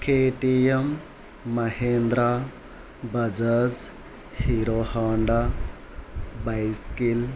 KTM Mahindra Bajaj Hero Honda bicycle